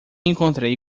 encontrei